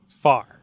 far